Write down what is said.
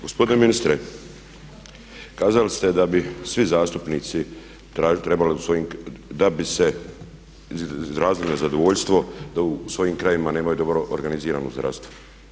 Gospodine ministre, kazali ste da bi svi zastupnici, da bi se izrazili nezadovoljstvo da u svojim krajevima nemaju dobro organizirano zdravstvo.